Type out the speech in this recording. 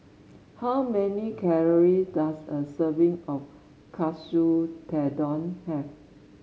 how many calories does a serving of Katsu Tendon have